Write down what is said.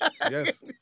Yes